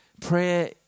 Prayer